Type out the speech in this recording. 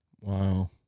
Wow